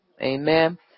Amen